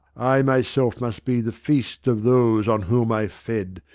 i myself must be the feast of those on whom i fed,